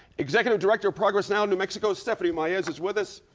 executive director of progress now new mexico stephanie maez is with us.